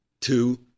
Two